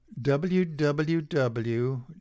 www